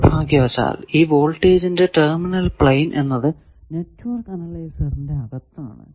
നിർഭാഗ്യവശാൽ ഈ വോൾട്ടേജിന്റെ ടെർമിനൽ പ്ലെയിൻ എന്നത് നെറ്റ്വർക്ക് അനലൈസറിന്റെ അകത്താണ്